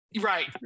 Right